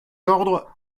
ordres